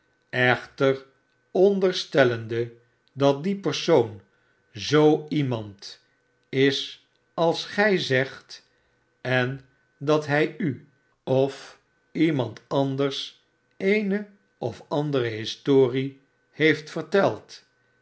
echter onderstellende dat die persoon zoo iemand is als gij zegt en dat hij u of iemand anders eene of andere historie heeft verteld